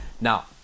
Now